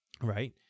right